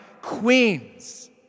queens